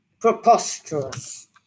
Preposterous